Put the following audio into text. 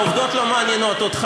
ואני קורע אותו.